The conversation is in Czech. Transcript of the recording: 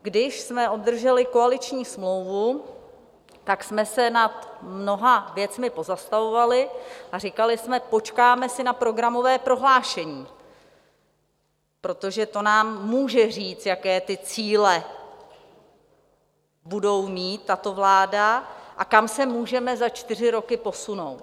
Když jsme obdrželi koaliční smlouvu, tak jsme se nad mnoha věcmi pozastavovali a říkali jsme: Počkáme si na programové prohlášení, protože to nám může říct, jaké cíle bude mít tato vláda a kam se můžeme za čtyři roky posunout.